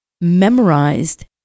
memorized